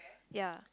ya